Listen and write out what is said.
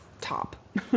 top